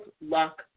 luck